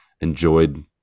enjoyed